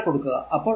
അത് ഇവിടെ കൊടുക്കുക